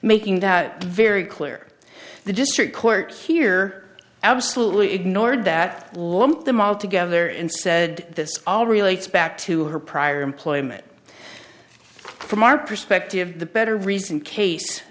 making that very clear the district court here absolutely ignored that lump them all together and said this all relates back to her prior employment from our perspective the better reason case